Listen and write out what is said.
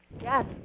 Yes